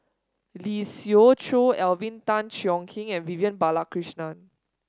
Lee Siew Choh Alvin Tan Cheong Kheng and Vivian Balakrishnan